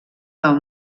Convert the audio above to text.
del